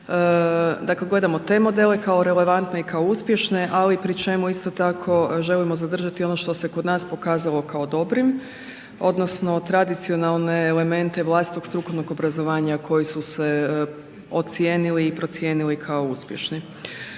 dakle gledamo te modele kao relevantne i kao uspješne, ali pri čemu isto tako želimo zadržati ono što se kod nas pokazalo kao dobrim odnosno tradicionalne elemente vlastitog strukovnog obrazovanja koji su se ocijenili i procijenili kao uspješni.